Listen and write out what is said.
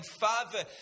Father